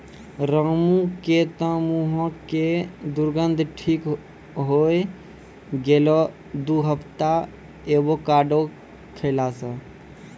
रामू के तॅ मुहों के दुर्गंध ठीक होय गेलै दू हफ्ता एवोकाडो खैला स